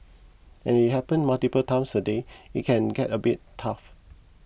and it happens multiple times a day it can get a bit tough